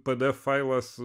pdf failas